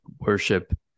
worship